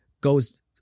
goes